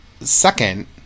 Second